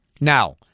Now